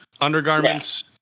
undergarments